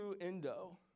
Endo